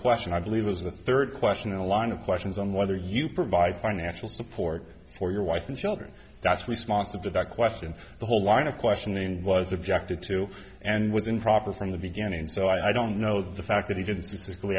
question i believe was the third question in the line of questions on whether you provide financial support for your wife and children that's response of divac question the whole line of questioning was objected to and was improper from the beginning so i don't know the fact that he did